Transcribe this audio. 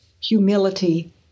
humility